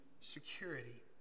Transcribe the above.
Security